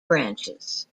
branches